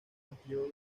amplió